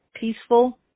peaceful